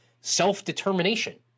self-determination